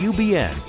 UBN